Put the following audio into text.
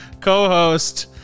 co-host